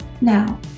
Now